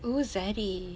!woo! zaddy